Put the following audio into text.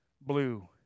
blue